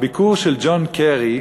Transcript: הביקור של ג'ון קרי,